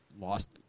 lost